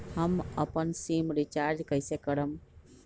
हम अपन SIM recharge कइसे करम?